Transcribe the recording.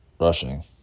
rushing